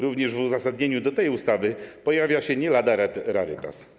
Również w uzasadnieniu do tej ustawy pojawia się nie lada rarytas.